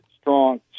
strong